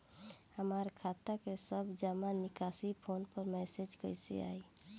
हमार खाता के सब जमा निकासी फोन पर मैसेज कैसे आई?